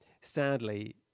Sadly